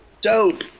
dope